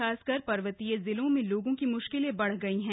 खासकर पर्वतीय जिलों में लोगों की मुश्किलें बढ़ गई हैं